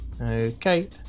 Okay